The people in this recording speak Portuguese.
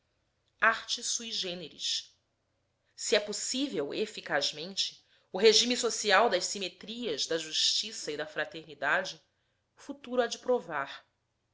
sui generis se é possível eficazmente o regime social das simetrias da justiça e da fraternidade o futuro há de provar